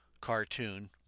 cartoon